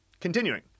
Continuing